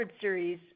series